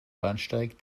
bahnsteig